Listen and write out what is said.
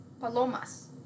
palomas